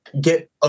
get